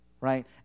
right